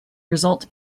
result